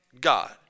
God